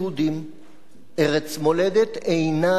ארץ מולדת אינה ניתנת לחלוקה.